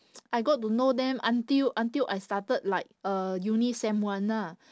I got to know them until until I started like uh uni sem one lah